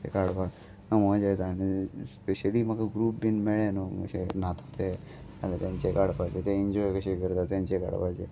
ते काडपाका म्हाका मजा येता आनी स्पेशली म्हाका ग्रूप बीन मेळ्ळे न्हू अशें न्हाता ते जाल्यार तेंचे काडपाचें ते ऍन्जॉय कशें करतां तेंचे काडपाचे